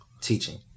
teaching